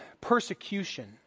persecution